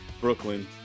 Brooklyn